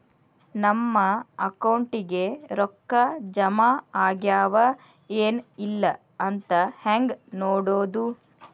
ನಮ್ಮ ಅಕೌಂಟಿಗೆ ರೊಕ್ಕ ಜಮಾ ಆಗ್ಯಾವ ಏನ್ ಇಲ್ಲ ಅಂತ ಹೆಂಗ್ ನೋಡೋದು?